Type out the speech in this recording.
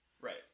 Right